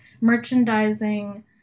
merchandising